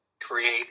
create